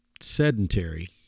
Sedentary